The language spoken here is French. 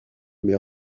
mais